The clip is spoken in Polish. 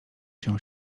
się